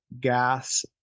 gas